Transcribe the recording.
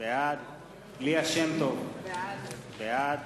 בעד ליה שמטוב, בעד